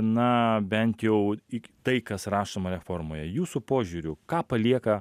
na bent jau į tai kas rašoma reformoje jūsų požiūriu ką palieka